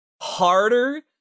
harder